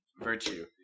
virtue